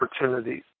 opportunities